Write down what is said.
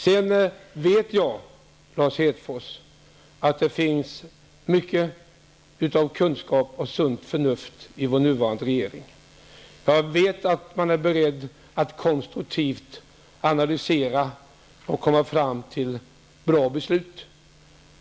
Jag vet, Lars Hedfors, att det finns mycket kunskap och sunt förnuft i vår nuvarande regering. Jag vet att man är beredd att konstruktivt analysera och komma fram till bra beslut.